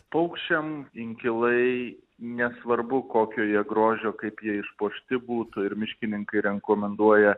paukščiam inkilai nesvarbu kokio jie grožio kaip jie išpuošti būtų ir miškininkai rekomenduoja